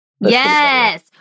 yes